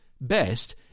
best